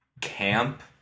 Camp